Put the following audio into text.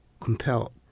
compelled